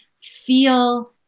feel